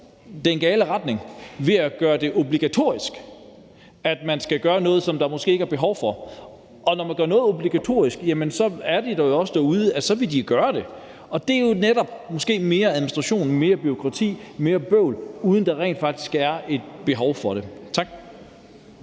går i den gale retning ved at gøre det obligatorisk, at man skal gøre noget, der måske ikke er behov for. Og når man gør noget obligatorisk, er det også sådan derude, at de vil gøre det. Det er jo netop måske mere administration, mere bureaukrati og mere bøvl, uden at der rent faktisk er et behov for det. Tak.